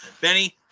Benny